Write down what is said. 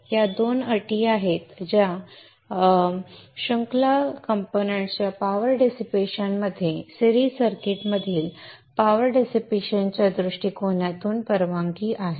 या दोन अटी आहेत ज्या शृंखला घटकाच्या पॉवर डिसिपेशन मध्ये सीरिज सर्किटमधील पॉवर डिसिपेशन च्या दृष्टिकोनातून परवानगी आहेत